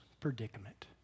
predicament